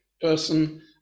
person